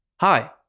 Hi